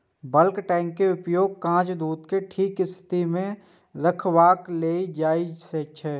bulk tank के उपयोग कांच दूध कें ठीक स्थिति मे रखबाक लेल कैल जाइ छै